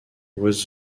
was